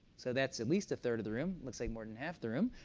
so that's at least a third of the room. looks like more than half the room,